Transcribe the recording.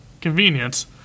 convenience